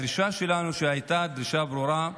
הדרישה שלנו הייתה דרישה ברורה: